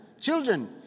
Children